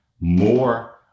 More